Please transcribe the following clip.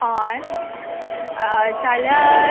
हय जाल्यार